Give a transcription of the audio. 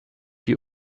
die